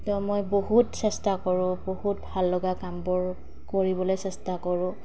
তো মই বহুত চেষ্টা কৰোঁ বহুত ভাল লগা কামবোৰ কৰিবলৈ চেষ্টা কৰোঁ